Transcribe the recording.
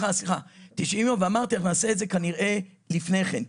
סליחה, 90 יום ואמרתי שנעשה את זה כנראה לפני כן.